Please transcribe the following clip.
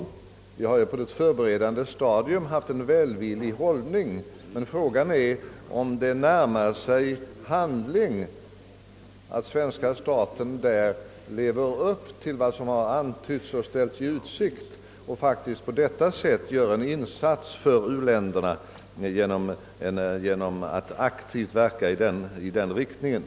Ni har på ett förberedande stadium haft en välvillig inställning till detta problem, men frågan är om svenska staten, när det närmar sig handling, kommer att infria vad som ställts i utsikt och genom ett aktivt agerande i den riktningen kommer att göra en insats för u-länderna.